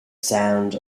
sound